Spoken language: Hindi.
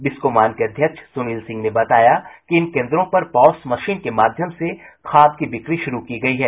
बिस्कोमान के अध्यक्ष सुनील सिंह ने बताया कि इन केंद्रों पर पॉश मशीन के माध्यम से खाद की बिक्री शुरू की गयी है